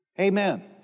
Amen